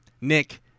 Nick